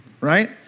right